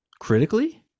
Critically